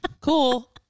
Cool